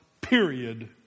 period